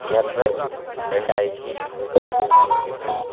April ரெண்டாயிரத்து இருபத்தி ஒன்று